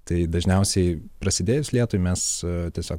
tai dažniausiai prasidėjus lietui mes tiesiog